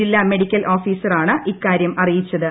ജില്ല മെഡിക്കൽ ഓഫീസറാണ് ഇക്കാര്യം അറിയിച്ചത്